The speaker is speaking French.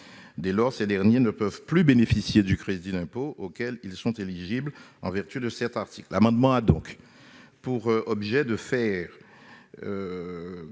Dès lors, ils ne peuvent plus bénéficier du crédit d'impôt auquel ils sont éligibles en vertu de cet article. L'amendement a donc pour objet de